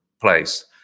place